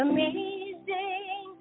Amazing